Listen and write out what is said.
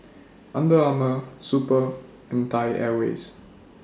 Under Armour Super and Thai Airways